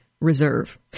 reserve